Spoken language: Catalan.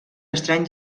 estrany